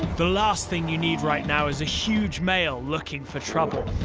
the last thing you need right now is a huge male looking for trouble.